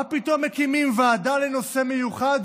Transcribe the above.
מה פתאום מקימים ועדה לנושא מיוחד?